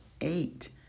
eight